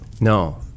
No